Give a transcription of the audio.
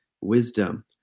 wisdom